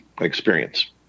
experience